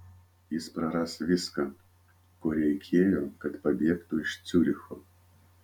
jis praras viską ko reikėjo kad pabėgtų iš ciuricho